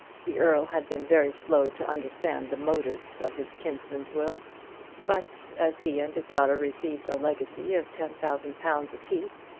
the earl had been very slow to understand the motives of his kinsman's will but as he and his daughter received a legacy of ten thousand pounds apiece,